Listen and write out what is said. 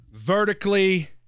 vertically